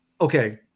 okay